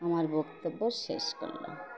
আমার বক্তব্য শেষ করলাম